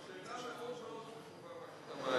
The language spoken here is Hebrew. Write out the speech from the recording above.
זו שאלה מאוד מאוד חשובה,